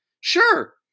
Sure